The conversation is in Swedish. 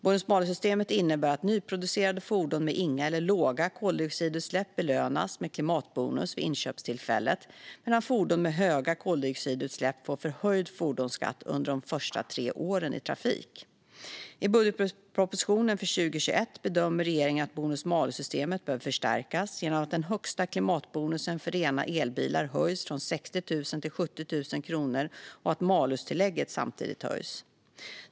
Bonus-malus-systemet innebär att nyproducerade fordon med inga eller låga koldioxidutsläpp belönas med klimatbonus vid inköpstillfället medan fordon med höga koldioxidutsläpp får förhöjd fordonskatt under de första tre åren i trafik. I budgetpropositionen för 2021 bedömer regeringen att bonus-malus-systemet behöver förstärkas genom att den högsta klimatbonusen för rena elbilar höjs från 60 000 till 70 000 kronor och att malustillägget samtidigt höjs.